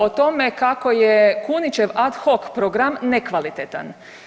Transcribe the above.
O tome kako je Kunićev ad hoc program nekvalitetan.